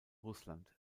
russland